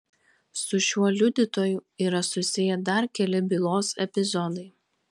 su šiuo liudytoju yra susiję dar keli bylos epizodai